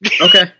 Okay